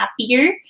happier